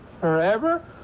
Forever